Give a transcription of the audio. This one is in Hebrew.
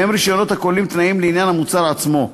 שהם רישיונות הכוללים תנאים לעניין המוצר עצמו,